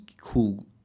cool